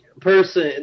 person